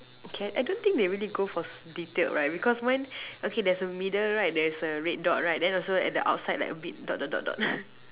okay I don't think they really go for detailed right because mine okay there's a middle right there's a red dot right then also at the outside like a bit dot dot dot dot